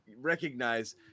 recognize